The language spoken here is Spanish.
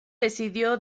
decidió